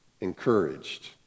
encouraged